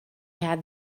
had